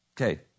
Okay